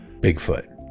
Bigfoot